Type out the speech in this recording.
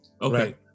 Okay